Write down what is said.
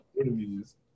interviews